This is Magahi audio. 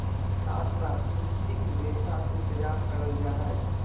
तार प्राकृतिक रेशा से तैयार करल जा हइ